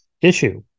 issue